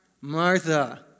Martha